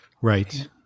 Right